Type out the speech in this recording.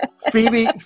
Phoebe